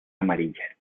amarilla